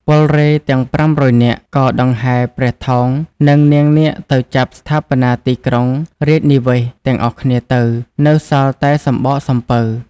ពលរេហ៍ទាំង ៥០០ នាក់ក៏ដង្ហែព្រះថោង និងនាងនាគទៅចាប់ស្ថាបនាទីក្រុងរាជនិវេសន៍ទាំងអស់គ្នាទៅ នៅសល់តែសំបកសំពៅ ។